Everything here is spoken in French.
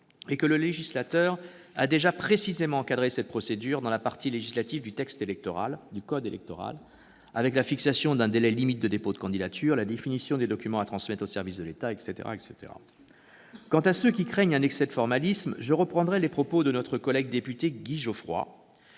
et que le législateur a déjà précisément encadré cette procédure dans la partie législative du code électoral : fixation d'un délai limite de dépôt des candidatures, définition des documents à transmettre aux services de l'État, etc. Pour ceux qui craignent un excès de formalisme, je reprendrai les propos de notre collègue député Guy Geoffroy